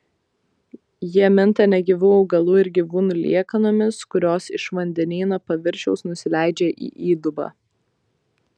jie minta negyvų augalų ir gyvūnų liekanomis kurios iš vandenyno paviršiaus nusileidžia į įdubą